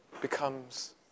becomes